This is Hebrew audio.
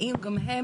האם גם הם